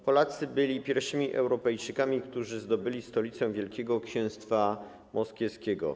Polacy byli pierwszymi Europejczykami, którzy zdobyli stolicę Wielkiego Księstwa Moskiewskiego.